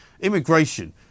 immigration